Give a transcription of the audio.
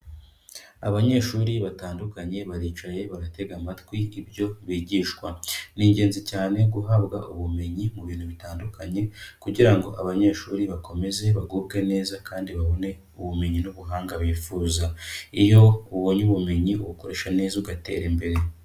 Abanyeshuri batandukanye baricaye, baratega amatwi ibyo bigishwa, ni ingenzi cyane guhabwa ubumenyi mu bintu bitandukanye, kugira ngo abanyeshuri bakomeze bagubwe neza kandi babone ubumenyi n'ubuhanga bifuza, iyo ubonye ubumenyi ubukoresha neza ugatera imbere.